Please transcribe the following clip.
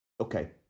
okay